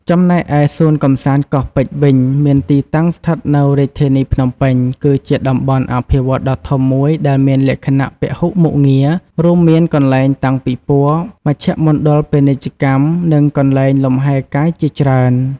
ចំណែកឯ សួនកម្សាន្តកោះពេជ្រវិញ មានទីតាំងស្ថិតនៅរាជធានីភ្នំពេញ គឺជាតំបន់អភិវឌ្ឍន៍ដ៏ធំមួយដែលមានលក្ខណៈពហុមុខងារ រួមមានកន្លែងតាំងពិព័រណ៍ មជ្ឈមណ្ឌលពាណិជ្ជកម្ម និងកន្លែងលំហែកាយជាច្រើន។